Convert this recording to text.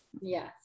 Yes